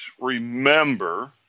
remember